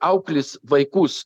auklės vaikus